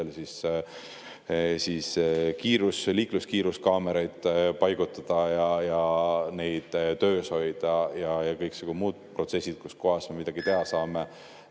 liikluskiiruskaameraid paigutada ja neid töös hoida ja kõiksugu muud protsessid. Kus kohas me midagi teha saame,